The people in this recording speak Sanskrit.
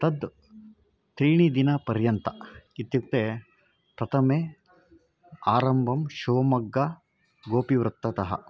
तत् त्रीणि दिनपर्यन्तम् इत्युक्ते प्रथमे आरम्भं शिवमोग्गा गोपिवृत्ततः